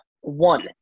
One